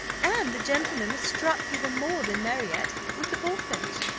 and the gentleman was struck even more than marriott with the bullfinch.